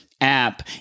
app